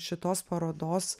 šitos parodos